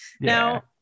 now